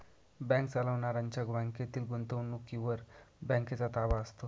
bank चालवणाऱ्यांच्या बँकेतील गुंतवणुकीवर बँकेचा ताबा असतो